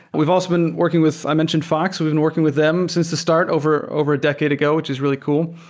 we've also been working with, i mentioned, fox. we've been working with them since the start over a a decade ago, which is really cool.